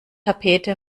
tapete